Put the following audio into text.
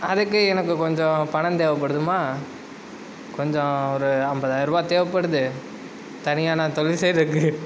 அதுக்கு எனக்கு கொஞ்சம் பணம் தேவைபடுதும்மா கொஞ்சம் ஒரு ஐம்பதாயிர ரூபாய் தேவைபடுது தனியாக நான் தொழில் செய்கிறதுக்கு